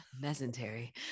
mesentery